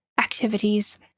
activities